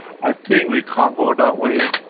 i think we can't go that way.